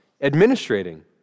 administrating